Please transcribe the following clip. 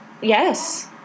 Yes